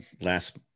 last